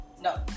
No